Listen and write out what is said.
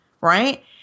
right